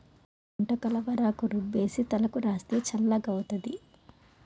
గుంటకలవరాకు రుబ్బేసి తలకు రాస్తే చల్లగౌతాది